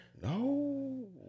no